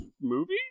movie